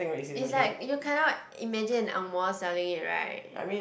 it's like you cannot imagine angmoh selling it right